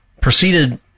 proceeded